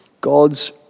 God's